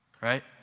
Right